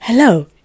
Hello